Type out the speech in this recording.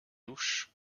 louche